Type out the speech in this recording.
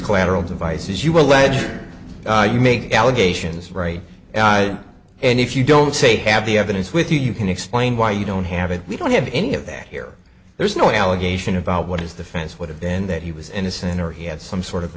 collateral devices you were led to make allegations right and if you don't say have the evidence with you you can explain why you don't have it we don't have any of that here there's no allegation about what is the fence would have been that he was innocent or he had some sort of